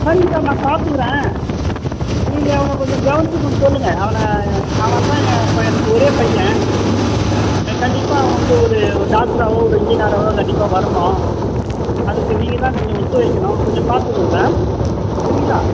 சரிங்க சார் நான் பார்த்துக்கிறேன் நீங்கள் அவனை கொஞ்சம் கவனிச்சு கொஞ்சம் சொல்லுங்கள் அவனை அவன் தான் ஏ பை எனக்கு ஒரே பையன் கண்டிப்பாக அவன் வந்து ஒரு டாக்டராகவோ ஒரு இன்ஜினியராகவோ கண்டிப்பாக வரணும் அதற்கு நீங்கள் தான் கொஞ்சம் ஒத்துழைக்கணும் கொஞ்சம் பார்த்துக்குங்க சார் சரிங்களா